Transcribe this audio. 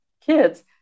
kids